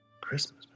Christmas